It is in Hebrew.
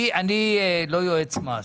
אני לא יועץ מס,